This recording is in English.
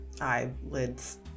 eyelids